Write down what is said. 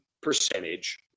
percentage